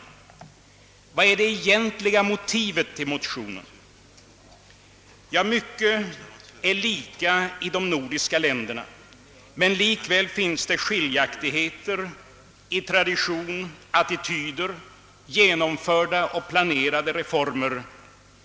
Vad är det egentliga motivet till motionen? Ja, mycket är lika i de nordiska länderna, men likväl finns skiljaktigheter i tradition, attityder samt genomförda eller planerade reformer.